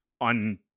on